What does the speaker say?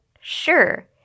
sure